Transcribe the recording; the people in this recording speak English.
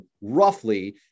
roughly